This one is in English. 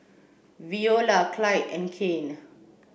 Veola Clide and Kane